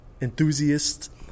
enthusiast